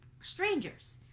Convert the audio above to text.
strangers